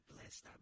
blessed